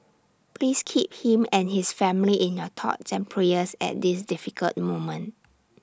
please keep him and his family in your thoughts and prayers at this difficult moment